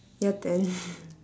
your turn